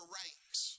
ranks